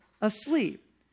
asleep